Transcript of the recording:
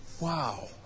Wow